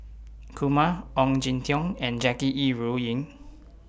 Kumar Ong Jin Teong and Jackie Yi Ru Ying